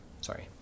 sorry